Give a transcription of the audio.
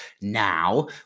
now